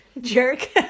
jerk